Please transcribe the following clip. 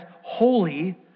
holy